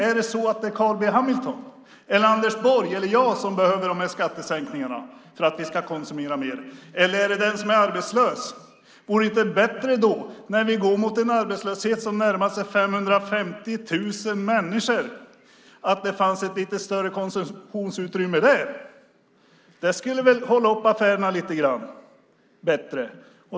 Är det Carl B Hamilton, Anders Borg eller jag som behöver skattesänkningarna för att vi ska konsumera mer eller den som är arbetslös? Vore det inte bättre när vi går mot en arbetslöshet som närmar sig 550 000 människor att det finns ett lite större konsumtionsutrymme där? Det borde väl hålla upp affärerna lite bättre?